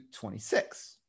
26